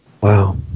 Wow